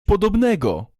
podobnego